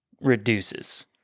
reduces